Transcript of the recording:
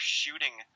shooting